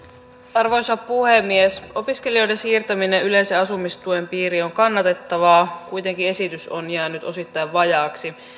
arvoisa puhemies opiskelijoiden siirtäminen yleisen asumistuen piiriin on kannatettavaa kuitenkin esitys on jäänyt osittain vajaaksi